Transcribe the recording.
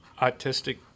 autistic